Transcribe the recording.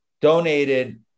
donated